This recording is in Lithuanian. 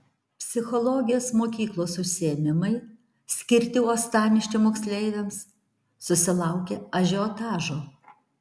psichologijos mokyklos užsiėmimai skirti uostamiesčio moksleiviams susilaukė ažiotažo